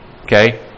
Okay